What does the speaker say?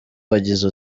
wagize